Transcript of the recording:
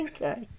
Okay